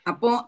Apo